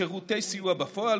שירותי סיוע בפועל,